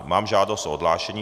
Mám žádost o odhlášení.